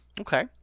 Okay